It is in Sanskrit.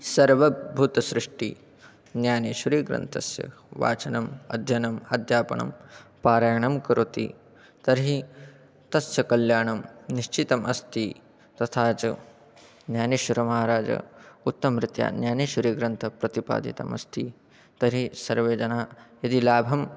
सर्वभूतसृष्टिः ज्ञा नेश्वरीग्रन्थस्य वाचनम् अध्ययनम् अध्यापनं पारायणं करोति तर्हि तस्य कल्याणं निश्चितम् अस्ति तथा च ज्ञानेश्वरमहाराजः उत्तमरीत्या ज्ञानेश्वरीग्रन्थप्रतिपादितमस्ति तर्हि सर्वे जनाः यदि लाभं